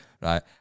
right